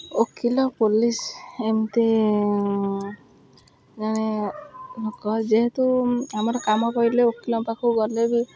ଓକିଲ ପୋଲିସ୍ ଏମିତି ଜଣେ ଲୋକ ଯେହେତୁ ଆମର କାମ ପଡ଼ିଲେ ଓକିଲଙ୍କ ପାଖକୁ ଗଲେ ବି